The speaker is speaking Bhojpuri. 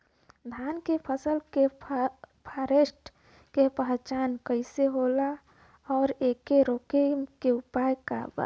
धान के फसल के फारेस्ट के पहचान कइसे होला और एके रोके के उपाय का बा?